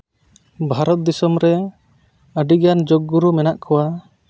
ᱵᱷᱟᱨᱚᱛ ᱫᱤᱥᱚᱢ ᱨᱮ ᱟᱹᱰᱤᱜᱟᱱ ᱡᱳᱜᱽ ᱜᱩᱨᱩ ᱢᱮᱱᱟᱜ ᱠᱚᱣᱟ